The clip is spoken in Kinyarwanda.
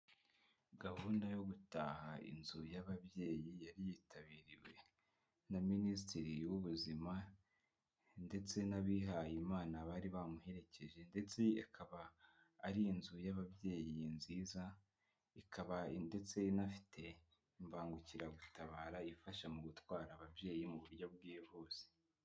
Gahunda yo gutaha inzu y'ababyeyi yari yitabiriwe na Minisitiri w'ubuzima ndetse n'abihaye Imana bari bamuherekeje ndetse ikaba ari inzu y'ababyeyi nziza, ikaba ndetse inafite imbangukiragutabara ifasha mu gutwara ababyeyi mu buryo bwihuse.